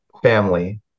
family